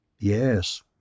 Yes